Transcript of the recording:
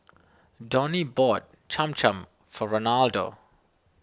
Donny bought Cham Cham for Reynaldo